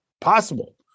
possible